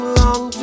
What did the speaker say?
long